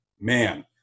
man